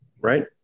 Right